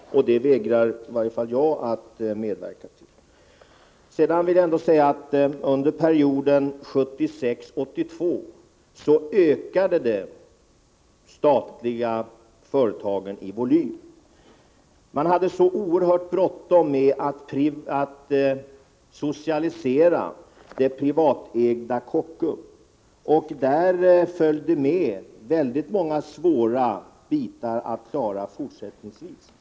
Det vägrar i varje fall jag att medverka till. Under perioden 1976-1982 ökade de statliga företagen i volym. Man hade oerhört bråttom med att socialisera det privatägda Kockums. I den affären följde med många bitar som är svåra att fortsättningsvis klara.